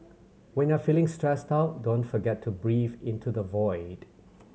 when you are feeling stressed out don't forget to breathe into the void